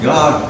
God